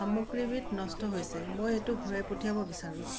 সামগ্ৰীবিধ নষ্ট হৈছে মই এইটো ঘূৰাই পঠিয়াব বিচাৰোঁ